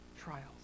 trials